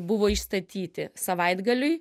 buvo išstatyti savaitgaliui